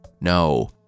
no